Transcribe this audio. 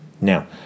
Now